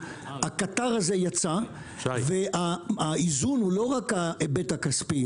הקטר הזה יצא והאיזון הוא לא רק ההיבט הכספי,